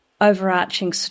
overarching